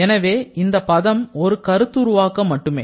எனவே இந்த பதம் ஒரு கருத்துருவாக்கம் மட்டுமே